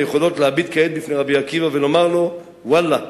היכולות להביט כעת בפני רבי עקיבא ולומר לו: ואללה,